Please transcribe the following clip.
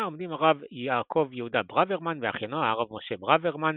עומדים הרב יעקב יהודה ברוורמן ואחיינו הרב משה ברוורמן,